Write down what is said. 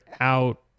out